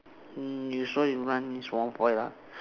mm you saw you run means one foil ah